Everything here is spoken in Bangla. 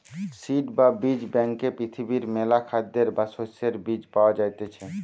সিড বা বীজ ব্যাংকে পৃথিবীর মেলা খাদ্যের বা শস্যের বীজ পায়া যাইতিছে